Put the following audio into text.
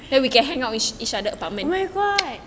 oh my god